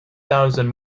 thousand